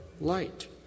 light